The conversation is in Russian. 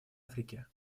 африке